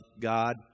God